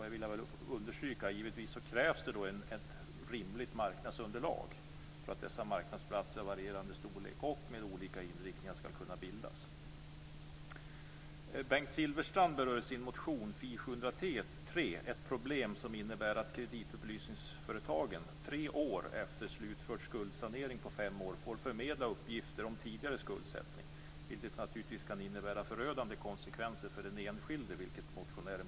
Jag vill understryka att det givetvis krävs ett rimligt marknadsunderlag för att dessa marknadsplatser av varierande storlek och med olika inriktning ska kunna bildas. Bengt Silfverstrand berör i sin motion Fi703 ett problem som innebär att kreditupplysningsföretagen tre år efter slutförd skuldsanering på fem år får förmedla uppgifter om tidigare skuldsättning, vilket - som motionären påpekar - kan medföra förödande konsekvenser för den enskilde.